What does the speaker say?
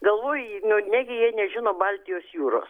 galvoji nu negi jie nežino baltijos jūros